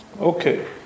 Okay